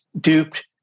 duped